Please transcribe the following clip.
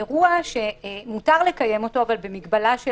אירוע שמותר לקיים אותו אבל במגבלה של